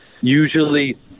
Usually